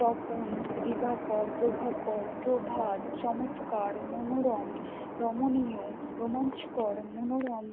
তপন দিবাকর প্রভাকর প্রভাত চমৎকার মনোরম রমণীয় রোমাঞ্চকর মনোরম